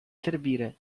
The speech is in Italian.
servire